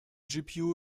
gpu